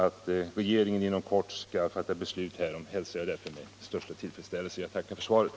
Att regeringen inom kort skall fatta beslut härom hälsar jag därför med största tillfredsställelse. Jag tackar för svaret.